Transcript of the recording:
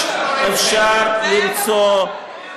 אפשר למצוא, מפחדים מטראמפ, זה מה שקורה.